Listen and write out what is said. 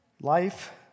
Life